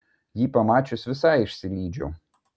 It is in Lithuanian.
jį pamačius visai išsilydžiau